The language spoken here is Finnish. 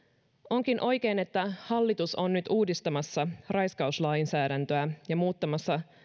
onkin oikein että hallitus on nyt uudistamassa raiskauslainsäädäntöä ja muuttamassa